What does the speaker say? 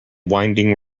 winding